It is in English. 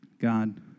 God